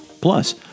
Plus